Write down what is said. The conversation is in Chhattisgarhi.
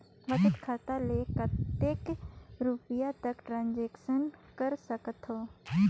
बचत खाता ले कतेक रुपिया तक ट्रांजेक्शन कर सकथव?